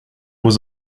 was